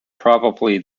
probably